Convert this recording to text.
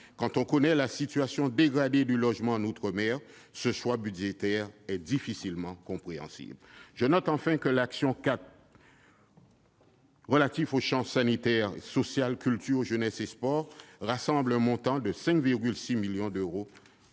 Quand on connaît la situation dégradée du logement en outre-mer, ce choix budgétaire est difficilement compréhensible. Je note enfin que l'action n° 04, Sanitaire, social, culture, jeunesse et sports, rassemble un montant de 5,6 millions d'euros